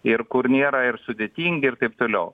ir kur nėra ir sudėtingi ir taip toliau